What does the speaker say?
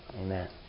Amen